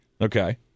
Okay